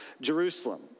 Jerusalem